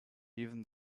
even